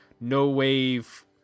no-wave